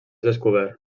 descobert